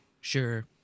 Sure